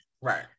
Right